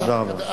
תודה רבה.